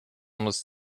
muss